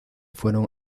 fueron